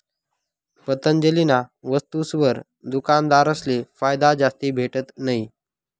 पतंजलीना वस्तुसवर दुकानदारसले फायदा जास्ती भेटत नयी